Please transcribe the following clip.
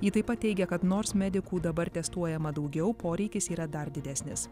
ji taip pat teigia kad nors medikų dabar testuojama daugiau poreikis yra dar didesnis